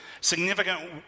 significant